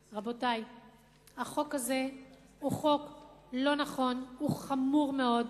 רבותי, החוק הזה הוא חוק לא נכון, הוא חמור מאוד.